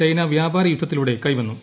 China വ്യാപാര യുദ്ധത്തിലൂടെ കൈവന്നു